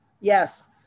Yes